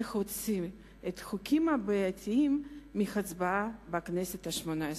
להוציא את החוקים הבעייתיים מהצבעה בכנסת השמונה-עשרה.